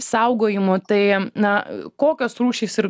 saugojimu tai na kokios rūšys ir